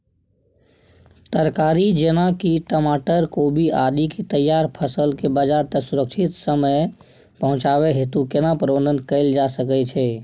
तरकारी जेना की टमाटर, कोबी आदि के तैयार फसल के बाजार तक सुरक्षित समय पहुँचाबै हेतु केना प्रबंधन कैल जा सकै छै?